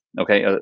Okay